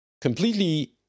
completely